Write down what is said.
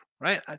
right